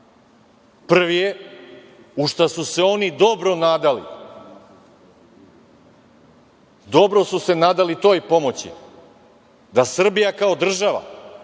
Prvi je, u šta su se oni dobro nadali, dobro su se nadali toj pomoći da Srbija kao država